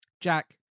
Jack